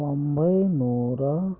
ಒಂಬೈನೂರ